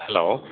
hello